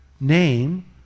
name